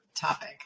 topic